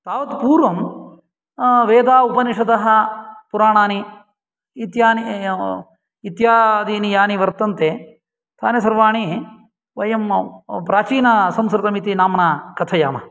तावत्पूर्वं वेदाः उपनिषदः पुराणानि इत्यादीनि यानि वर्तन्ते तानि सर्वाणि वयं प्राचीनसंस्कृतम् इति नाम्ना कथयामः